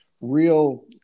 real